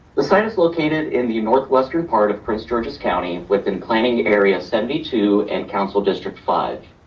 the site is located in the northwestern part of prince george's county within planning area seventy two and council district five.